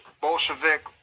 Bolshevik